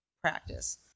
practice